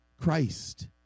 Christ